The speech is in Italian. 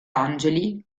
angeli